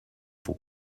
for